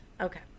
Okay